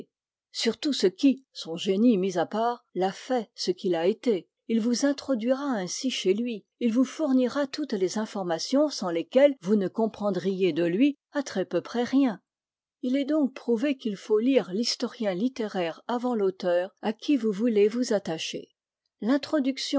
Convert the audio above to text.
sur tout ce qui son génie mis à part l'a fait ce qu'il a été il vous introduira ainsi chez lui il vous fournira toutes les informations sans lesquelles vous ne comprendriez de lui à très peu près rien il est donc prouvé qu'il faut lire l'historien littéraire avant l'auteur à qui vous voulez vous attacher l'introduction